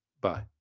Bye